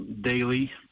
daily